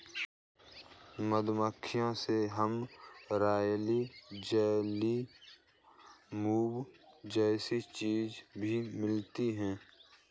मधुमक्खी से हमे रॉयल जेली, मोम जैसी चीजे भी मिलती है